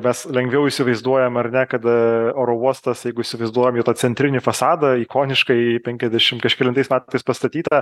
mes lengviau įsivaizduojam ar ne kad e oro uostas jeigu įsivaizduojam jo tą centrinį fasadą ikoniškąjį penkiasdešimt kažkelintais metais pastatytą